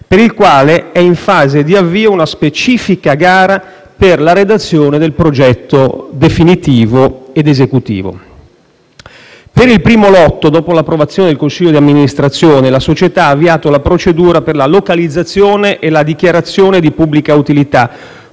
per il quale è in fase di avvio una specifica gara per la redazione del progetto definitivo ed esecutivo. Per il primo lotto, dopo l'approvazione del consiglio di amministrazione, la società ha avviato la procedura per la localizzazione e per la dichiarazione di pubblica utilità,